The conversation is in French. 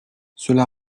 cela